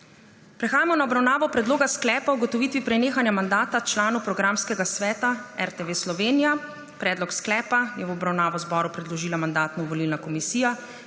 Prehajamo na obravnavo Predloga sklepa o ugotovitvi prenehanja mandata članu Programskega sveta RTV Slovenija. Predlog sklepa je v obravnavo Državnemu zboru predložila Mandatno-volilna komisija.